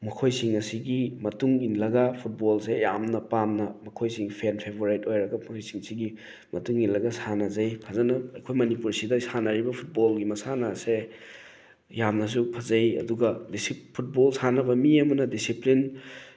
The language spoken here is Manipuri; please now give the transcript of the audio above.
ꯃꯈꯣꯏꯁꯤꯡ ꯑꯁꯤꯒꯤ ꯃꯇꯨꯡ ꯏꯜꯂꯒ ꯐꯨꯠꯕꯣꯜꯁꯦ ꯌꯥꯝꯅ ꯄꯥꯝꯅ ꯃꯈꯣꯏꯁꯤ ꯐꯦꯟ ꯐꯦꯕꯣꯔꯥꯏꯠ ꯑꯣꯏꯔꯒ ꯃꯣꯏꯁꯤꯡꯁꯤꯒꯤ ꯃꯇꯨꯡ ꯏꯜꯂꯒ ꯁꯥꯟꯅꯖꯩ ꯐꯖꯅ ꯑꯩꯈꯣꯏ ꯃꯅꯤꯄꯨꯔꯁꯤꯗ ꯁꯥꯟꯅꯔꯤꯕ ꯐꯨꯠꯕꯣꯜꯒꯤ ꯃꯁꯥꯟꯅ ꯑꯁꯦ ꯌꯥꯝꯅꯁꯨ ꯐꯖꯩ ꯑꯗꯨꯒ ꯐꯨꯠꯕꯣꯜ ꯁꯥꯟꯅꯕ ꯃꯤ ꯑꯃꯅ ꯗꯤꯁꯤꯄ꯭ꯂꯤꯟ